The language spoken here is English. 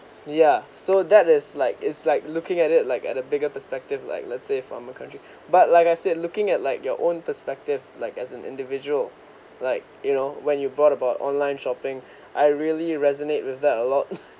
ya so that is like is like looking at it like at the bigger perspective like let's say from a country but like I said looking at like your own perspective like as an individual like you know when you brought about online shopping I really resonate with that a lot